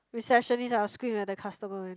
receptionist I will scream at the customer man